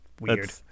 weird